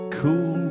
cool